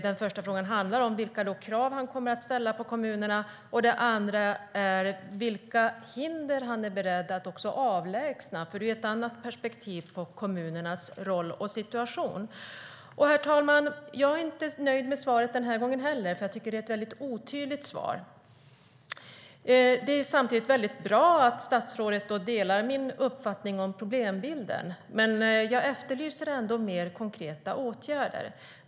Den första frågan handlar därför om vilka krav han kommer att ställa på kommunerna. Den andra frågan gäller vilka hinder han är beredd att avlägsna. Det är ju ett annat perspektiv på kommunernas roll och situation. Herr talman! Jag är inte nöjd med svaret den här gången heller, för jag tycker att det är ett väldigt otydligt svar. Det är väldigt bra att statsrådet delar min uppfattning om problembilden, men jag efterlyser ändå mer konkreta åtgärder.